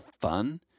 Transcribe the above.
fun